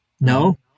No